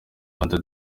rwanda